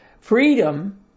freedom